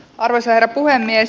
arvoisa herra puhemies